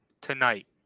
tonight